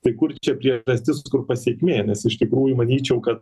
tai kur čia priežastis kur pasekmė nes iš tikrųjų manyčiau kad